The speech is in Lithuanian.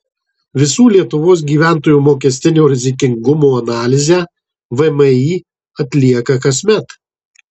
visų lietuvos gyventojų mokestinio rizikingumo analizę vmi atlieka kasmet